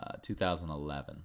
2011